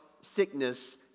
sickness